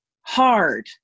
hard